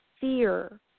fear